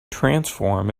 transform